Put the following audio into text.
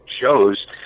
shows